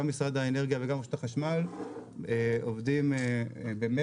גם משרד האנרגיה וגם רשות החשמל עובדים במרץ,